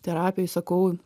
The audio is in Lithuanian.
terapijoj sakau